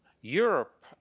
Europe